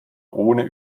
ohne